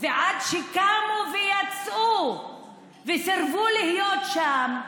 ועד שקמו ויצאו וסירבו להיות שם,